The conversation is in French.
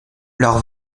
leur